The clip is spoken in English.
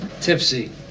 tipsy